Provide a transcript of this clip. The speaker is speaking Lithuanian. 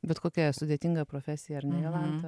bet kokia sudėtinga profesija ar ne jolanta